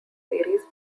series